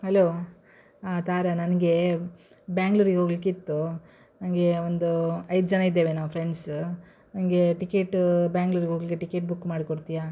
hello ಆ ತಾರ ನನಗೆ ಬ್ಯಾಂಗ್ಳೂರಿಗೆ ಹೋಗ್ಲಿಕ್ಕಿತ್ತು ನನಗೆ ಒಂದು ಐದು ಜನ ಇದ್ದೇವೆ ನಾವು ಫ್ರೆಂಡ್ಸ್ ನನಗೆ ಟಿಕೆಟ್ ಬೆಂಗ್ಳೂರಿಗೆ ಹೋಗ್ಲಿಕ್ಕೆ ಟಿಕೆಟ್ ಬುಕ್ ಮಾಡಿಕೊಡ್ತಿಯಾ